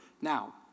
Now